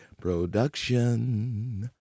Production